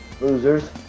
losers